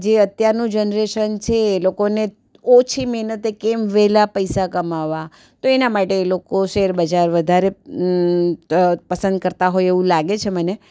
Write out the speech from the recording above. જે અત્યારનું જનરેશન છે એ લોકોને ઓછી મહેનતે કેમ વહેલા પૈસા કમાવવા તો એના માટે છે એ લોકો છે શેરબજાર વધારે પસંદ કરતા હોય એવું લાગે છે મને